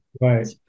Right